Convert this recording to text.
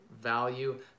value